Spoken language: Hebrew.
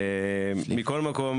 מכל מקום,